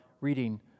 reading